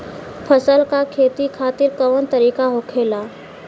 फसल का खेती खातिर कवन तरीका होखेला?